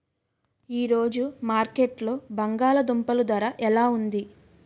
ఈ రోజు మార్కెట్లో బంగాళ దుంపలు ధర ఎలా ఉంది?